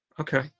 Okay